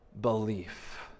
belief